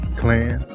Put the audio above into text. clan